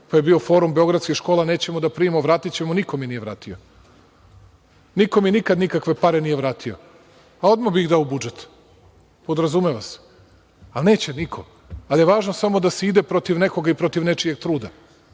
pa je bio Forum beogradskih škola, nećemo da primimo, vratićemo. Niko mi nije vratio. Nikom ni nikakve pare nije vratio, a odmah bi dao u budžet, podrazumeva se. Ali, neće niko, ali je važno samo da se ide protiv nekoga i protiv nečijeg truda.